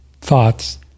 thoughts